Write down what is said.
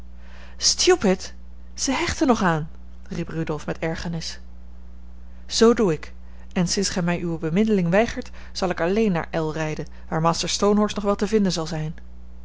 stupid zij hecht er nog aan riep rudolf met ergernis zoo doe ik en sinds gij mij uwe bemiddeling weigert zal ik alleen naar l rijden waar master stonehorse nog wel te vinden zal zijn